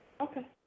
Okay